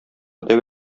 дәү